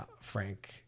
Frank